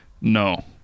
No